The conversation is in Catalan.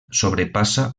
sobrepassa